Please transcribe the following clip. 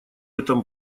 этом